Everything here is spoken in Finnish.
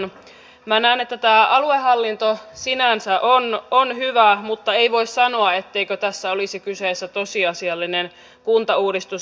minä näen että tämä aluehallinto sinänsä on hyvä mutta ei voi sanoa etteikö tässä olisi kyseessä tosiasiallinen kuntauudistus